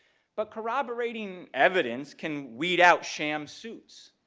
but corroborating evidence can weed out sham suits.